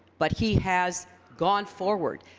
but he has gone forward.